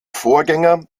vorgänger